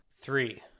Three